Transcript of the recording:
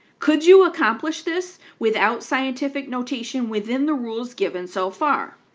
could you accomplish this without scientific notation within the rules given so far?